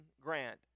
grant